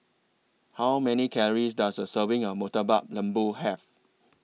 How Many Calories Does A Serving of Murtabak Lembu Have